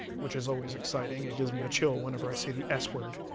which is always exciting. it gives me a chill whenever i say the s-word.